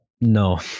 No